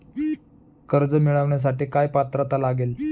कर्ज मिळवण्यासाठी काय पात्रता लागेल?